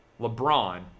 LeBron